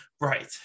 Right